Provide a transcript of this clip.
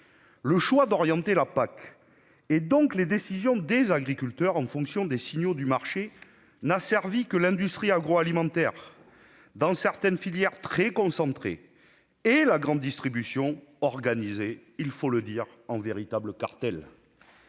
agricole commune, la PAC, donc les décisions des agriculteurs, en fonction des signaux du marché n'a servi que l'industrie agroalimentaire, dans certaines filières très concentrées, et la grande distribution, organisée, il faut le dire, en véritable cartel.